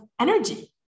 energy